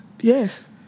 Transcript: Yes